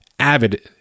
avid